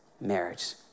marriage